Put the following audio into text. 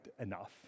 enough